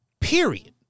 period